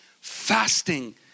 fasting